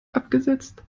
abgesetzt